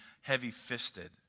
heavy-fisted